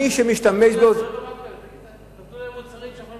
מי שמשתמש, אלה מוצרים שיכולנו